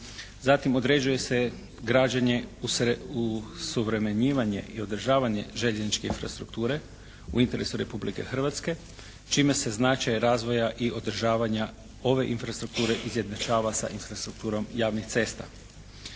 Zatim određuje se građenje, osuvremenjivanje i održavanje željezničke infrastrukture u interesu Republike Hrvatske čime se značaj razvoja i održavanja ove infrastrukture izjednačava sa infrastrukturom javnih cesta.